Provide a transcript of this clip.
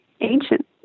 ancient